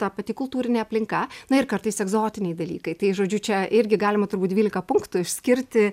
ta pati kultūrinė aplinka na ir kartais egzotiniai dalykai tai žodžiu čia irgi galima turbūt dvylika punktų išskirti